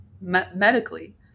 medically